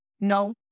no